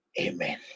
amen